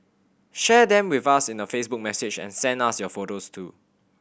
share them with us in a Facebook message and send us your photos too